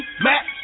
Mac